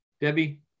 Debbie